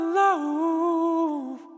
love